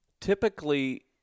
typically